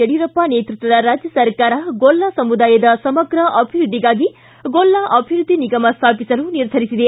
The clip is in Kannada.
ಯಡಿಯೂರಪ್ಪ ನೇತೃತ್ವದ ರಾಜ್ಯ ಸರ್ಕಾರ ಗೊಲ್ಲ ಸಮುದಾಯದ ಸಮಗ್ರ ಅಭಿವೃದ್ದಿಗಾಗಿ ಗೊಲ್ಲ ಅಭಿವ್ಯದ್ದಿ ನಿಗಮ ಸ್ಥಾಪಿಸಲು ನಿರ್ಧರಿಸಿದೆ